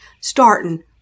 starting